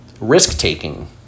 Risk-taking